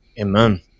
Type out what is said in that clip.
Amen